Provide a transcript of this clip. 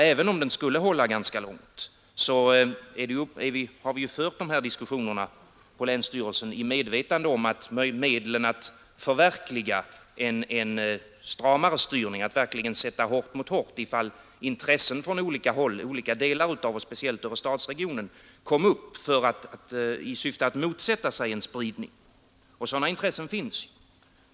Även om den skulle hålla ganska långt, så har vi ju fört dessa diskussioner på länsstyrelsen i medvetande om att medel saknas att förverkliga en stramare styrning och verkligen sätta hårt mot hårt, om intressen från olika delar — speciellt från Örestadsregionen — kom upp i syfte att motsätta sig en spridning.